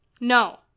no